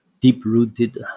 deep-rooted